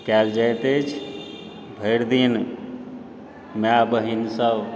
कयल जाइत अछि भरि दिन माय बहिनसभ